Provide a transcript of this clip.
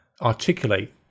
articulate